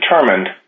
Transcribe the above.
determined